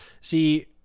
See